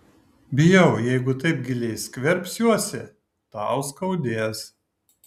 bijau jeigu taip giliai skverbsiuosi tau skaudės